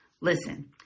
Listen